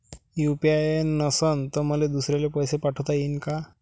UPI नसल तर मले दुसऱ्याले पैसे पाठोता येईन का?